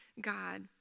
God